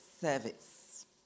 service